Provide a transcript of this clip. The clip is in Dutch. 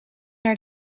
naar